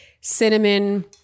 cinnamon